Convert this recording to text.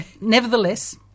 nevertheless